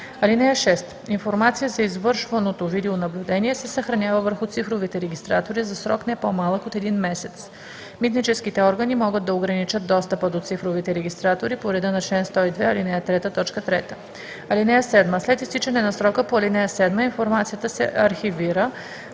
аларми. (6) Информацията за извършваното видеонаблюдение се съхранява върху цифровите регистратори за срок не по-малък от един месец. Митническите органи могат да ограничат достъпа до цифровите регистратори по реда на чл. 102, ал. 3, т. 3. (7) След изтичане на срока по ал. 7 информацията се архивира,